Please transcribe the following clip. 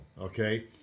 okay